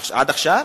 עד עכשיו?